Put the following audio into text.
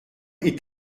est